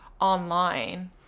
online